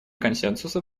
консенсуса